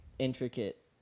intricate